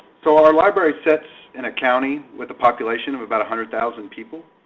so our library sits in a county with a population of about hundred thousand people.